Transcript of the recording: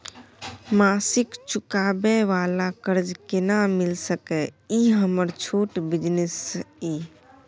मासिक चुकाबै वाला कर्ज केना मिल सकै इ हमर छोट बिजनेस इ?